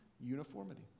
uniformity